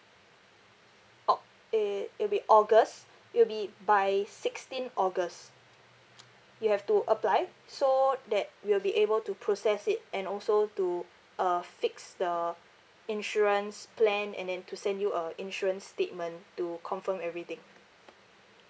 aug~ it it'll be august it will be by sixteenth august you have to apply so that we will be able to process it and also to uh fix the insurance plan and then to send you a insurance statement to confirm everything